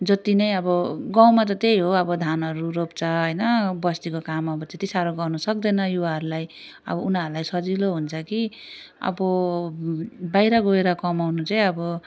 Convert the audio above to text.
जति नै अब गउँमा त त्यही हो अब धानहरू रोप्छ हैन बस्तीको काम अब त्यति साह्रो गर्नु सक्दैन युवाहरूलाई अब उनीहरूलाई सजिलो हुन्छ कि अब बाहिर गएर कमाउनु चाहिँ अब